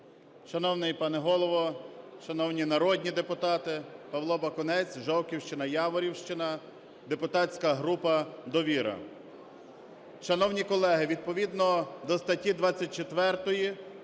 Шановний пане Голово, шановні народні депутати! Павло Бакунець, Жовківщина, Яворівщина, депутатська група "Довіра". Шановні колеги, відповідно до статті 24